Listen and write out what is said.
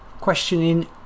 Questioning